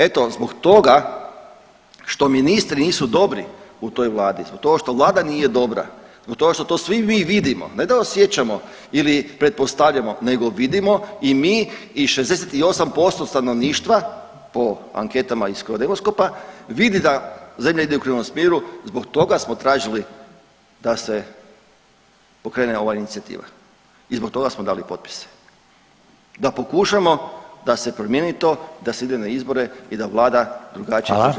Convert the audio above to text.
Eto zbog toga što ministri nisu dobri u toj Vladi, zbog toga što Vlada nije dobro, zbog toga što to svi mi vidimo, ne da osjećamo ili pretpostavljamo, nego vidimo i mi i 68% stanovništva po anketama iz Crodemoskopa, vidi da zemlja ide u krivom smjeru, zbog toga smo tražili da se pokrene ova inicijativa i zbog toga smo dali potpise, da pokušamo da se promijeni to, da se ide na izbore i da Vlada drugačije počne funkcionirati.